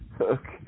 Okay